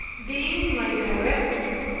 being my director,